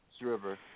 River